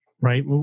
right